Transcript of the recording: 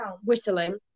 whistling